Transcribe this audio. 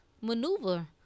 maneuver